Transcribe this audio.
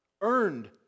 earned